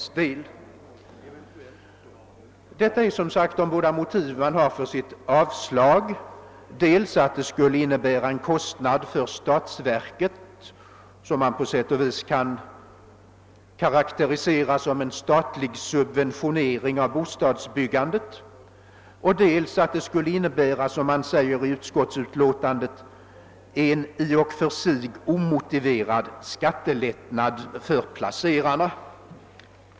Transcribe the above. Detta är som sagt de båda motiv man har för sitt avstyrkande — dels att det skulle innebära en kostnad för statsverket, som man på sätt och vis kan karakterisera som en statlig subventionering av bostadsbyggandet, dels att det som man säger i utlåtandet >skulle medföra en i och för sig omotiverad skattelättnad för placerarna>.